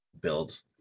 build